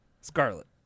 Scarlet